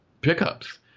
pickups